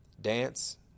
dance